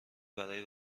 برای